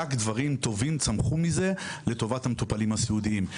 רק דברים טובים צמחו מזה לטובת המטופלים הסיעודיים.